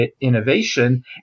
innovation